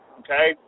okay